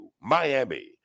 Miami